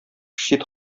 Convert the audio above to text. чит